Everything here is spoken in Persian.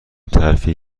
ترفیع